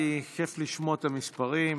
כיף לשמוע את המספרים.